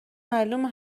معلومه